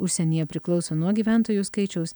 užsienyje priklauso nuo gyventojų skaičiaus